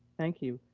thank you.